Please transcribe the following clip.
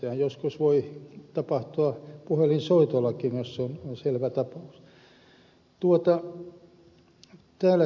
sehän joskus voi tapahtua puhelinsoitollakin jos se on selvä tapaus